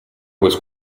was